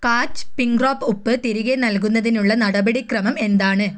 കാച്ച് pink rock ഉപ്പ് തിരികെ നൽകുന്നതിനുള്ള നടപടി ക്രമം എന്താണ്